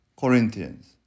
Corinthians